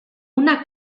una